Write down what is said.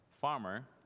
farmer